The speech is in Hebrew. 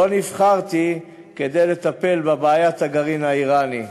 לא נבחרתי כדי לטפל בבעיית הגרעין האיראני,